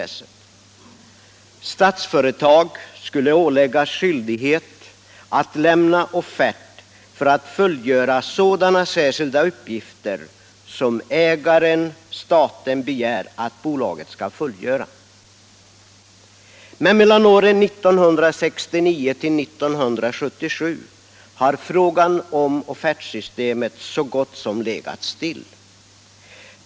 Statsföretag skulle åläggas skyldighet att lämna offert för att fullgöra sådana särskilda uppgifter som ägaren/staten begärde att bolaget skulle fullgöra. Men mellan åren 1969 och 1977 har frågan om offertsystemet så gott som legat still.